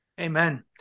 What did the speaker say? Amen